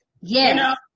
Yes